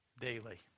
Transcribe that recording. daily